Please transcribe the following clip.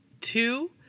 Two